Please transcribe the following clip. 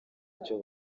icyo